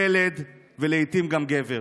ילד, ולעיתים גם גבר,